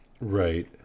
right